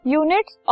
units